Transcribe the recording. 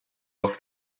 off